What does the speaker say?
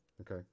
okay